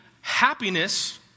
happiness